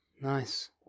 Nice